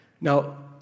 Now